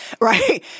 Right